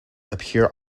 appear